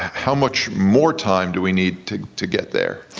how much more time do we need to to get there?